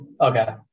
Okay